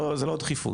זה לא דחיפות,